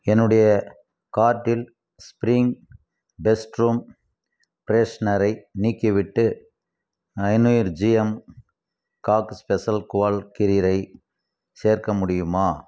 என்னுடைய கார்ட்டில் spring best room ஃப்ரெஷனரை நீக்கிவிட்டு ஐநூறு ஜிஎம் காக் ஸ்பெஷல் குலால் கிரீரை சேர்க்க முடியுமா